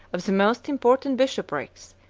of the most important bishoprics,